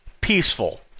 peaceful